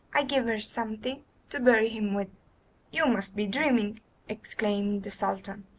i gave her something to bury him with you must be dreaming exclaimed the sultan.